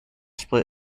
split